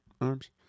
arms